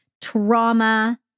trauma